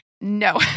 No